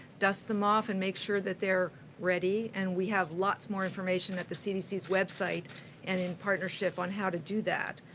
dust them off and make sure that they're ready. and we have lots more information at the cdc's website and in partnership on how to do that.